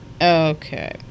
Okay